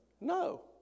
No